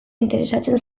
interesatzen